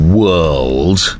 world